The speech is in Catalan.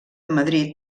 madrid